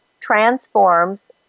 transforms